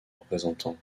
représentant